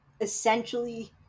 essentially